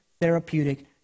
therapeutic